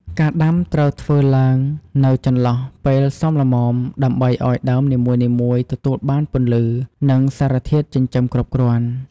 ការដាំត្រូវធ្វើឡើងនៅចន្លោះពេលសមល្មម ដើម្បីឱ្យដើមនីមួយៗទទួលបានពន្លឺ និងសារធាតុចិញ្ចឹមគ្រប់គ្រាន់។